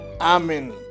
Amen